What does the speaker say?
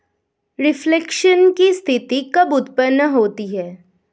Reflation की स्थिति कब उत्पन्न होती है?